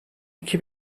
iki